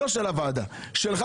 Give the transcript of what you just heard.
לא של הוועדה אלא שלך,